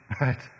right